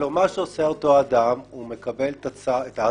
הרי מה שעושה אותו אדם זה לקבל את האזהרה